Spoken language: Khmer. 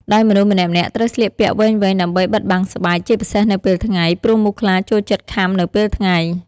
ដោយមនុស្សម្នាក់ៗត្រូវស្លៀកពាក់វែងៗ ដើម្បីបិទបាំងស្បែក ជាពិសេសនៅពេលថ្ងៃ ព្រោះមូសខ្លាចូលចិត្តខាំនៅពេលថ្ងៃ។